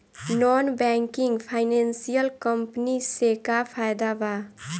Non banking financial company से का फायदा बा?